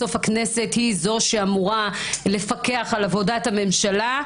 בסוף הכנסת היא זאת שאמורה לפקח על עבודת הממשלה,